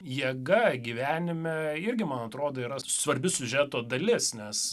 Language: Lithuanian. jėga gyvenime irgi man atrodo yra svarbi siužeto dalis nes